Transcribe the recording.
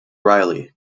riley